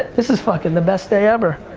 this is fucking the best day ever.